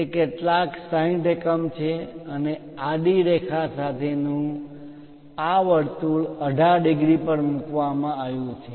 તે કેટલાક 60 એકમ છે અને આડી રેખા સાથેનું આ વર્તુળ 18 ડિગ્રી પર મૂકવામાં આવ્યું છે